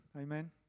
Amen